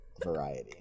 variety